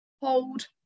hold